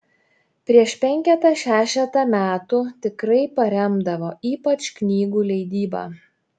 prieš penketą šešetą metų tikrai paremdavo ypač knygų leidybą